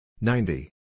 Ninety